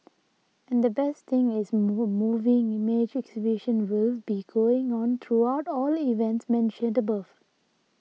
and the best thing is move moving image exhibition will be going on throughout all the events mentioned above